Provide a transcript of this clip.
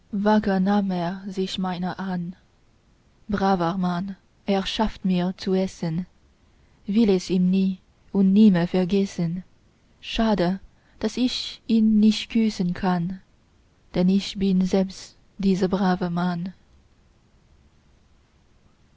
sich meiner an braver mann er schafft mir zu essen will es ihm nie und nimmer vergessen schade daß ich ihn nicht küssen kann denn ich bin selbst dieser brave mann